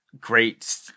great –